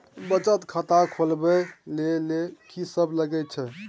बचत खाता खोलवैबे ले ल की सब लगे छै?